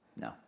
No